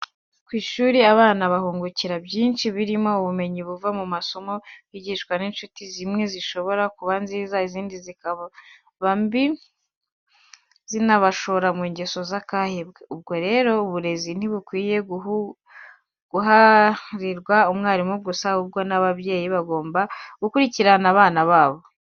Ku ishuri abana bahungukira byinshi birimo ubumenyi buva mu masomo bigishwa n'incuti, zimwe zishobora kuba nziza izindi zikaba mbi zanabashora mu ngeso z'akahebwe, ubwo rero uburezi ntibukwiye guharirwa mwarimu gusa, ahubwo n'ababyeyi bagomba gukurikirana abana babo.